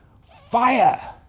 fire